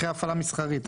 אחרי הפעלה מסחרית?